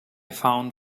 found